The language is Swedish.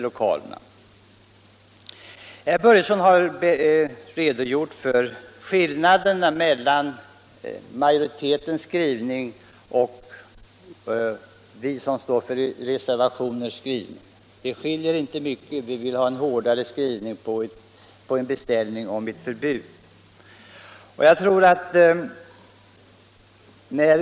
Herr Börjesson i Glömminge har redogjort för skillnaderna mellan majoritetens skrivning och reservanternas. De är inte stora. Vi vill ha en hårdare skrivning, som innebär beställning av ett förbud.